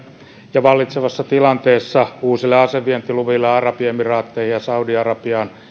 ja vallitsevassa tilanteessa uusille asevientiluville arabiemiraatteihin ja saudi arabiaan